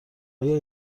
آیا